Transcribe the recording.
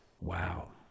wow